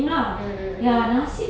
mm mm mm mm